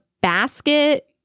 basket